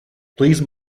please